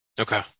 Okay